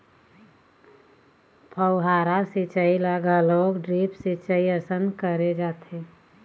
फव्हारा सिंचई ल घलोक ड्रिप सिंचई असन करे जाथे